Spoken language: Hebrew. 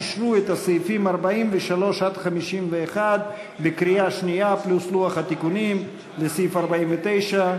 אישרו את הסעיפים 43 51 בקריאה שנייה פלוס לוח התיקונים לסעיף 49,